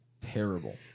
Terrible